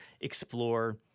explore